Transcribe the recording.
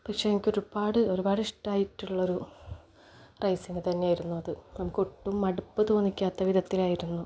പക്ഷെ എനിക്കൊരുപാട് ഒരുപാട് ഇഷ്ടമായിട്ടുള്ളൊരു റേസിങ് തന്നെയായിരുന്നു അത് നമുക്കൊട്ടും മടുപ്പ് തോന്നിക്കാത്ത വിധത്തിലായിരുന്നു